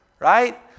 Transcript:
Right